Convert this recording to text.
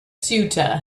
ceuta